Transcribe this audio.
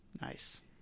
Nice